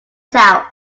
south